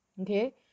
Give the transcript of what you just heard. okay